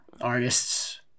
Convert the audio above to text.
artists